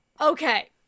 Okay